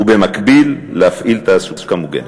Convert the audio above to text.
ובמקביל, להפעיל תעסוקה מוגנת.